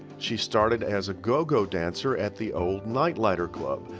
she started as a go-go dancer at the old nightlighter club,